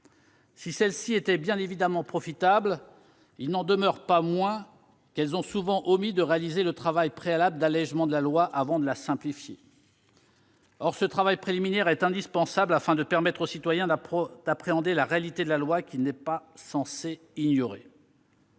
Si celles-ci étaient, bien évidemment, profitables, il n'en demeure pas moins que leurs auteurs ont souvent omis de réaliser le travail préalable d'allégement de la loi avant de la simplifier. Or ce travail préliminaire est indispensable afin de permettre au citoyen d'appréhender la réalité de la loi qu'il n'est pas censé ignorer.